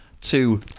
two